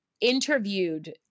interviewed